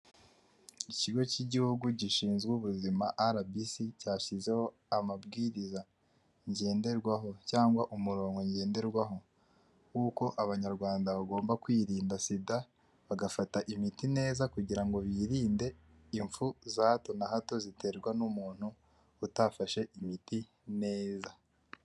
Ikigo cy'igihugu gishinzwe ubuzima arabisi cyashyizeho amabwiriza ngenderwaho cyangwa umurongo ngenderwaho wuko abanyarwanda bagomba kwirinda sida ,bagafata imiti neza kugira ngo birinde impfu za hato na hato ziterwa n' umuntu utafashe imiti neza.